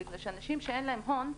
בגלל שאנשים שאין להם הון,